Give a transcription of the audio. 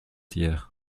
hier